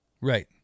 Right